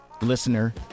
listener